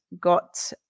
got